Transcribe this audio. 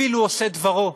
אפילו עושה דברו.